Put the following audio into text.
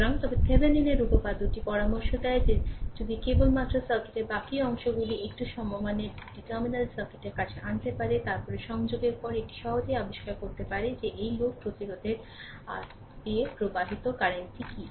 সুতরাং তবে Thevenin এর উপপাদ্যটি পরামর্শ দেয় যে যদি কেবলমাত্র সার্কিটের বাকী অংশগুলি যদি এটি একটি সমমানের দুটি টার্মিনাল সার্কিটের কাছে আনতে পারে তবে তারপরে সংযোগের পরে এটি সহজেই আবিষ্কার করতে পারে যে এই লোড প্রতিরোধের আর দিয়ে প্রবাহিত কারেন্টটি কী